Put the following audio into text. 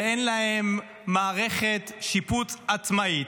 ואין להן מערכת שיפוט עצמאית,